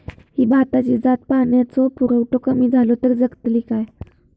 ही भाताची जात पाण्याचो पुरवठो कमी जलो तर जगतली काय?